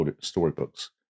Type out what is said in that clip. storybooks